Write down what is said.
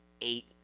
eight